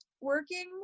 working